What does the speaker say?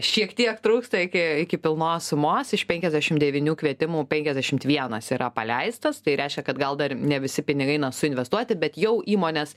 šiek tiek trūksta iki iki pilnos sumos iš penkiasdešim devynių kvietimų penkiasdešimt vienas yra paleistas tai reiškia kad gal dar ne visi pinigai na suinvestuoti bet jau įmonės